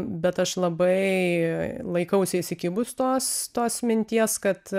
bet aš labai laikausi įsikibus tos tos minties kad